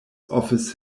office